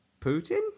Putin